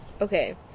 Okay